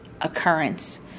occurrence